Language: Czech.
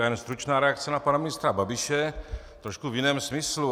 Já jen stručná reakce na pana ministra Babiše v trošku jiném smyslu.